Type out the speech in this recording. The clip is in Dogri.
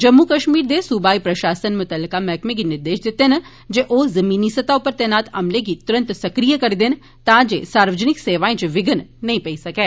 जम्मू कश्मीर दे सूबाई प्रशासने मुतल्लका मैहकमें गी निर्देश दित्ते न जे ओह जमीनी सतह उप्पर तैनात अमले गी तुरत सक्रिय करी देन तांजे सार्वजनिक सेवाएं च विघ्न नेई पेई सकै